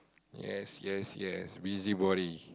yes yes yes busybody